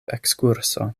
ekskurso